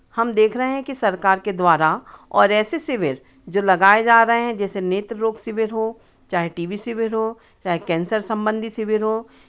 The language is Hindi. हम देख रहे हैं कि सरकार के द्वारा और ऐसे शिविर जो लगाए जा रहे हैं जैसे नेत्र रोग शिविर हों चाहे टी बी शिविर हों चाहे कैंसर संबंधी शिविर हों